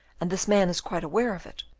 and this man is quite aware of it,